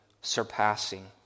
surpassing